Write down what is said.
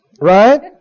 Right